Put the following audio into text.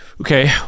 Okay